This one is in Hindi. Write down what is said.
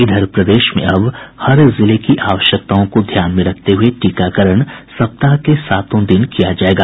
इधर प्रदेश में अब हर जिले की आवश्यकताओं को ध्यान में रखते हुए टीकाकरण सप्ताह के सातों दिन किया जायेगा